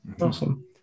Awesome